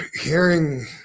hearing